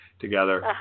together